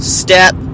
step